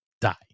die